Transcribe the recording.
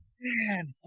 man